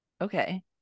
Okay